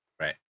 Right